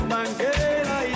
Mangueira